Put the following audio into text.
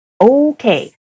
Okay